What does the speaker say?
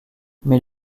mais